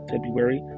February